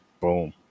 Boom